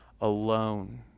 alone